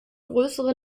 größere